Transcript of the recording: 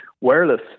wireless